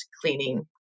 cleaning